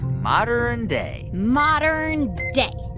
modern day. modern day.